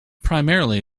primarily